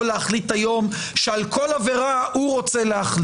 להחליט היום שעל כל עבירה הוא רוצה להחליט.